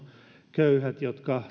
köyhät jotka